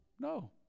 no